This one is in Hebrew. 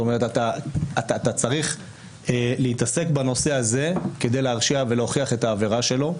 אתה צריך להתעסק בנושא הזה כדי להרשיע ולהוכיח את העבירה שלו.